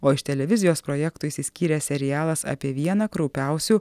o iš televizijos projektų išsiskyrė serialas apie vieną kraupiausių